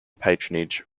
patronage